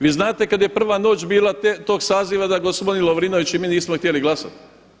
Vi znate kada je prva noć bila tog saziva da gospodin Lovrinović i mi nismo htjeli glasati.